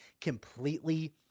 completely